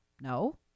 No